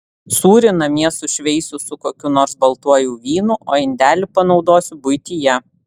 sūrį namie sušveisiu su kokiu nors baltuoju vynu o indelį panaudosiu buityje